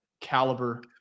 caliber